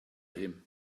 him